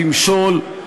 תמשול,